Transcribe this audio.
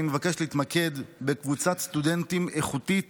אני מבקש להתמקד בקבוצת סטודנטים איכותית